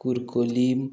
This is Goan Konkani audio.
कुरकुलीं